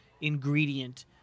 ingredient